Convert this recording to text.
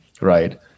right